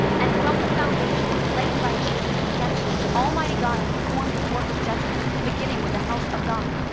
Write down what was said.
and from the foundation laid by jesus' redemption, almighty god has performed his work of judgment beginning with the house of god.